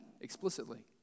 explicitly